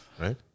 right